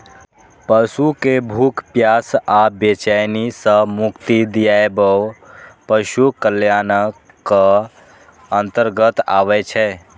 पशु कें भूख, प्यास आ बेचैनी सं मुक्ति दियाएब पशु कल्याणक अंतर्गत आबै छै